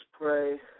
pray